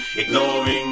ignoring